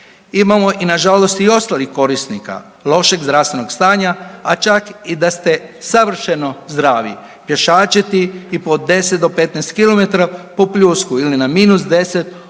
Imamo nažalost i ostalih korisnika lošeg zdravstvenog stanja, a čak i da se savršeno zdravi, pješačiti i po 10 do 15 kilometara po pljusku ili na -10 odnosno